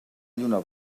lluna